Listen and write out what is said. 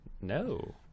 no